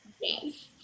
Yes